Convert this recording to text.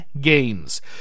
games